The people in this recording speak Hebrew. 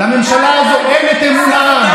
לממשלה הזאת אין אמון העם.